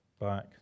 back